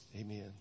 amen